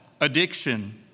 addiction